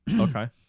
Okay